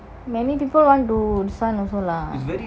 many people want to sign also lah